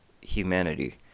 humanity